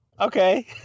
Okay